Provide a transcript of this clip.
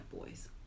boys